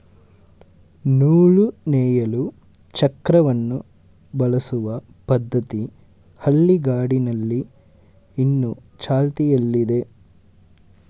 ನೂಲು ನೇಯಲು ಚಕ್ರವನ್ನು ಬಳಸುವ ಪದ್ಧತಿ ಹಳ್ಳಿಗಾಡಿನಲ್ಲಿ ಇನ್ನು ಚಾಲ್ತಿಯಲ್ಲಿದೆ